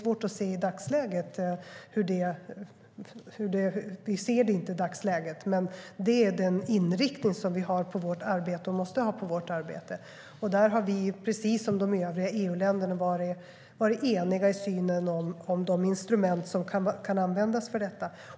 Vi ser det inte i dagsläget, men det är den inriktning som vi har och måste ha för vårt arbete. Där har vi, precis som de övriga EU-länderna, varit eniga i synen på de instrument som kan användas för detta.